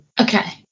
Okay